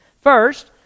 First